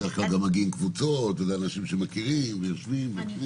בדרך כלל גם מגיעות קבוצות וזה אנשים שמכירים ויושבים ואוכלים.